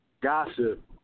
gossip